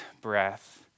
breath